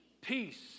peace